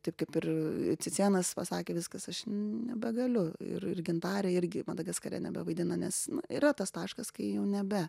taip kaip ir cicėnas pasakė viskas aš nebegaliu ir ir gintarė irgi madagaskare nebevaidina nes na yra tas taškas kai jau nebe